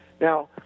Now